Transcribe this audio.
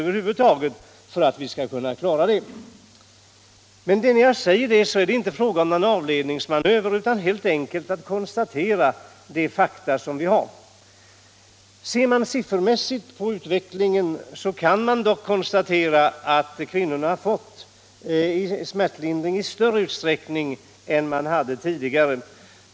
När jag säger detta är det inte fråga om någon avledningsmanöver utan helt enkelt ett konstaterande av fakta. Ser man siffermässigt på utvecklingen kan vi dock konstatera att kvinnorna har fått smärtlindring i större utsträckning än tidigare.